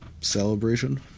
celebration